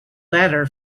ladder